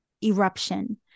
eruption